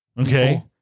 Okay